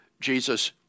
Jesus